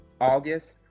august